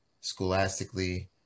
scholastically